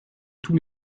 tous